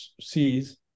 sees